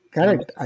Correct